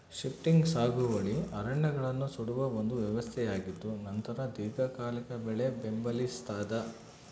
shifting ಸಾಗುವಳಿ ಅರಣ್ಯಗಳನ್ನು ಸುಡುವ ಒಂದು ವ್ಯವಸ್ಥೆಯಾಗಿದ್ದುನಂತರ ದೀರ್ಘಕಾಲಿಕ ಬೆಳೆ ಬೆಂಬಲಿಸ್ತಾದ